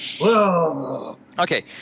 okay